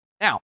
Now